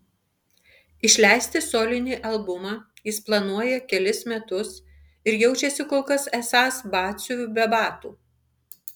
išleisti solinį albumą jis planuoja kelis metus ir jaučiasi kol kas esąs batsiuviu be batų